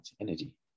energy